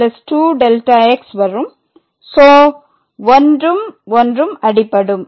So 1 ம் 1 ம் அடிபடும்